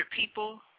people